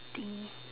thingy